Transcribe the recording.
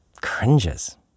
cringes